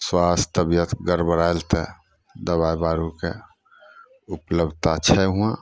स्वास्थ तबियत गड़बड़ायल तऽ दबाइ दारूके उपल्बधता छै हुआँ